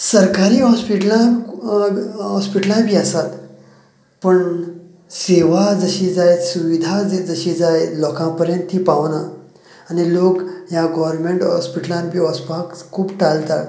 सरकारी हॉस्पिटलां हॉस्पिटलाय बी आसात पूण सेवा जशी जाय जे सुविधा जशी जाय लोकां परेन ती पावाना आनी लोक ह्या गोरमेंट हॉस्पिटलान बी वचपाक खूप टालतात